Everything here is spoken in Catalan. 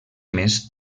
més